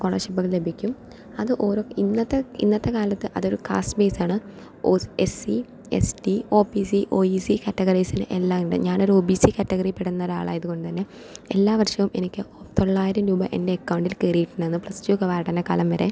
സ്കോളർഷിപ്പുകൾ ലഭിക്കും അത് ഓരോ ഇന്നത്തെ ഇന്നത്തെക്കാലത്ത് അതൊരു കാസ്റ്റ് ബേസാണ് ഒസ് SC ST O B C O E C കാറ്റഗറീസിൽ എല്ലാമുണ്ട് ഞാനൊരു ഒ ബി സി കാറ്റഗറിയിൽപ്പെടുന്ന ഒരാളായത് കൊണ്ട് തന്നെ എല്ലാ വർഷവും എനിക്ക് തൊള്ളായിരം രൂപ എൻ്റെ അക്കൗണ്ടിൽ കേറീട്ടുണ്ടായിരുന്നു പ്ലസ് ടുവൊക്കെ കാലം വരെ